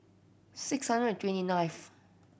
six hundred and twenty ninth